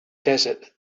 desert